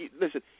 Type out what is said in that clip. Listen